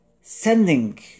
sending